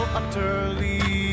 utterly